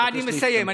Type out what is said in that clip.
אני מסיים.